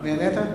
נהנית?